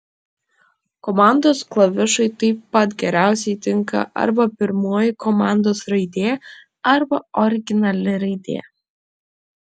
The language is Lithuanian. komandos klavišui taip pat geriausiai tinka arba pirmoji komandos raidė arba originali raidė